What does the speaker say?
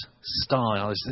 style